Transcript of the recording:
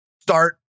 start